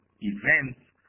events